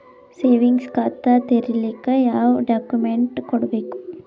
Savings ಖಾತಾ ತೇರಿಲಿಕ ಯಾವ ಡಾಕ್ಯುಮೆಂಟ್ ಕೊಡಬೇಕು?